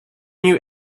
you